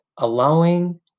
Allowing